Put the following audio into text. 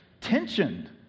tension